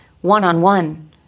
one-on-one